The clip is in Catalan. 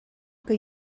que